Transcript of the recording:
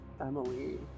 Emily